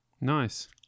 nice